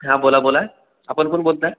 हां बोला बोला आपण कोण बोलताय